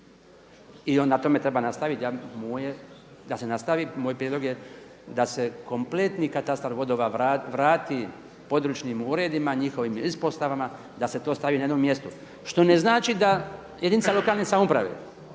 i na tome treba nastaviti, da se nastavi, moj prijedlog je da se kompletni katastar vodova vrati područnim uredima, njihovim ispostavama, da se to stavi na jednom mjestu, što ne znači da jedinica lokalne samouprave